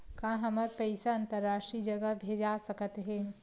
का हमर पईसा अंतरराष्ट्रीय जगह भेजा सकत हे?